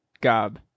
gob